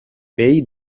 pell